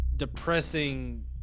depressing